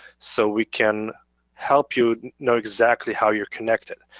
so we can help you know exactly how you're connected.